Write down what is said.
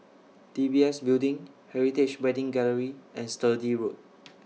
D B S Building Heritage Wedding Gallery and Sturdee Road